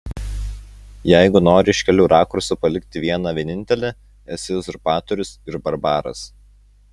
jeigu nori iš kelių rakursų palikti vieną vienintelį esi uzurpatorius ir barbaras